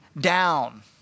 down